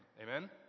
Amen